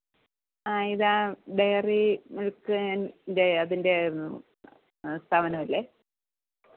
ആ ഇത് Dairy Milk ൻ്റെ അതിൻ്റെ സ്ഥാപനമല്ലേ